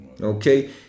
okay